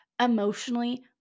emotionally